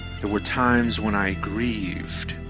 there were times when i grieved